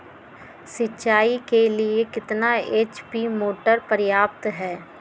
सिंचाई के लिए कितना एच.पी मोटर पर्याप्त है?